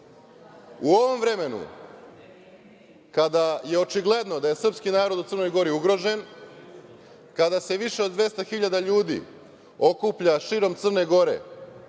u ovom vremenu kada je očigledno da je srpski narod u Crnoj Gori ugrožen, kada se više od 200.000 ljudi okuplja širom Crne Gore,